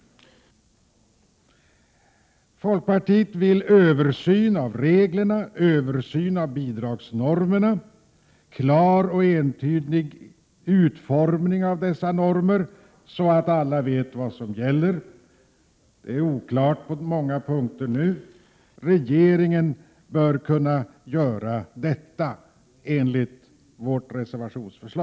Folkpartiet vill ha en översyn av reglerna och bidragsnormerna. Vi vill ha en klar och entydig utformning av dessa normer, så att alla vet vad som gäller. Det finns för närvarande oklarheter på många punkter. Regeringen bör kunna göra en sådan översyn som vi föreslår i reservation 2.